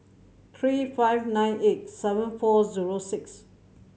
three five nine eight seven four zero six